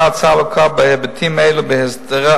התשס"ו 2006, הנדונה בימים אלה בוועדת